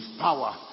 power